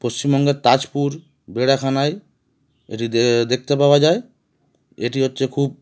পশ্চিমবঙ্গের তাজপুর বেড়াখানায় এটি দেখতে পাওয়া যায় এটি হচ্ছে খুব